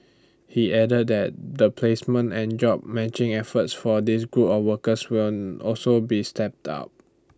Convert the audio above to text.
he added that the placement and job matching efforts for this group of workers will also be stepped out